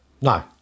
No